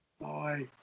Bye